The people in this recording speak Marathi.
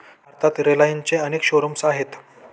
भारतात रिलायन्सचे अनेक शोरूम्स आहेत